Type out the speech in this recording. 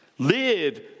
live